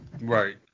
right